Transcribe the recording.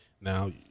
now